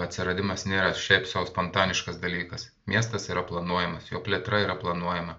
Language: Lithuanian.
atsiradimas nėra šiaip sau spontaniškas dalykas miestas yra planuojamas jo plėtra yra planuojama